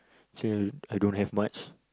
actually I don't have much